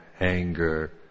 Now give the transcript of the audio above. anger